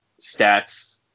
stats